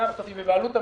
בבעלות המדינה,